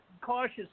cautious